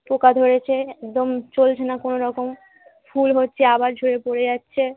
পোকা ধরেছে একদম চলছে না কোনো রকম ফুল হচ্ছে আবার ঝরে পড়ে যাচ্ছে